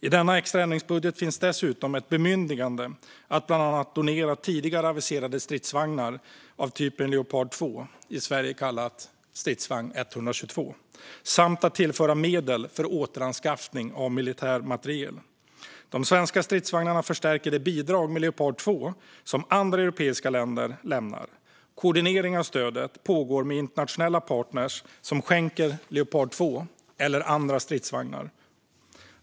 I denna extra ändringsbudget finns dessutom ett bemyndigande att bland annat donera tidigare aviserade stridsvagnar av typen Leopard 2, i Sverige kallad stridsvagn 122, samt att tillföra medel för återanskaffning av militär materiel. De svenska stridsvagnarna förstärker det bidrag med Leopard 2 som andra europeiska länder lämnar. Koordinering av stödet pågår med internationella partner som skänker Leopard 2 eller andra stridsvagnar.